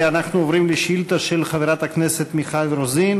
אנחנו עוברים לשאילתה של חברת הכנסת מיכל רוזין.